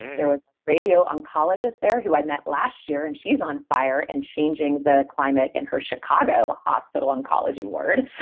there was radio oncologist there who i met last year and she's on fire and changing changing the climate in her chicago hospital oncology ward